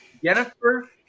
Jennifer